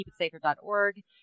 keepitsafer.org